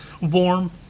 warm